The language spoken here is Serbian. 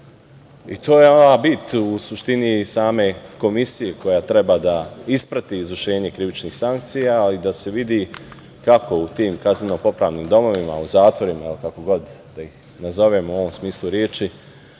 je ova bit u suštini same komisije koja treba da isprati izvršenje krivičnih sankcija a i da se vidi kako u tim kazneno-popravnim domovima, zatvorima, kako god da ih nazovemo u ovom smislu reči,